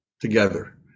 together